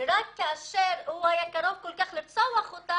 ורק כאשר הוא היה קרוב כל כך לרצוח אותה,